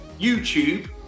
YouTube